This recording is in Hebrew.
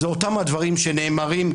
זה אותם הדברים שנאמרים.